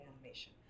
animation